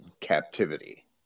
captivity